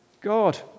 God